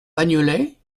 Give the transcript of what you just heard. bagnolet